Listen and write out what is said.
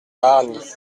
hargnies